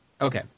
Okay